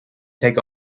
take